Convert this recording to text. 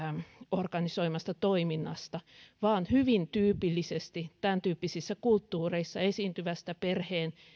organisoimasta toiminnasta vaan hyvin tyypillisesti tämäntyyppisissä kulttuureissa esiintyvästä perheen